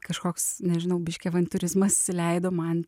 kažkoks nežinau biškį avantiūrizmas leido man